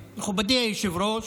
היושב-ראש,